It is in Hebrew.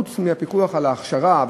חוץ מהפיקוח על ההכשרה,